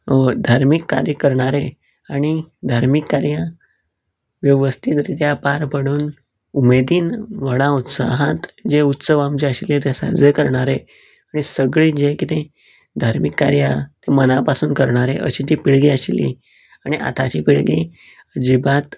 धार्मीक कार्य करणारे आणी धार्मीक कार्यां वेवस्थीत रित्या पार पडून उमेदीन व्हडा उत्साहान जे उत्सव आमचे आशिल्ले ते साजरे करणारे ते सगळें जे कितें धार्मीक कार्यां तीं मना पासून करणारे अशी ती पिळगी आशिल्ली आनी आताची पिळगी अजीबात